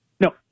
No